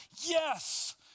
yes